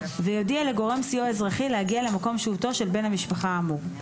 ויודיע לגורם סיוע אזרחי להגיע למקום שהותו של בן המשפחה האמור.